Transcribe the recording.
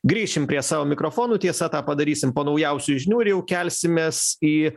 grįšim prie savo mikrofonų tiesa tą padarysim po naujausių žinių ir jau kelsimės į